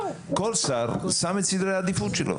כל שר שם את סדרי העדיפות שלו.